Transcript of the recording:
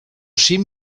cim